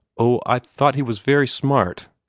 oh, i thought he was very smart.